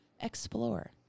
explore